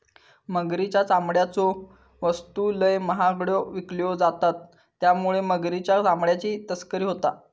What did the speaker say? मगरीच्या चामड्याच्यो वस्तू लय महागड्यो विकल्यो जातत त्यामुळे मगरीच्या चामड्याची तस्करी होता